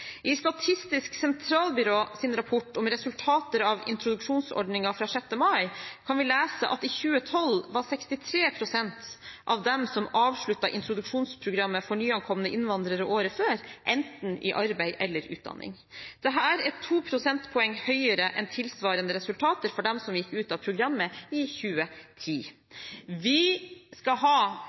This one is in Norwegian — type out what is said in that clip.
I Statistisk sentralbyrås rapport om resultater av introduksjonsordningen fra 6. mai, kan vi lese: «I 2012 var 63 prosent av dem som avsluttet introduksjonsprogrammet for nyankomne innvandrere i 2011, enten i arbeid eller i utdanning. Dette er 2 prosentpoeng høyere enn tilsvarende resultater for dem som gikk ut av programmet i 2010.» Vi skal ha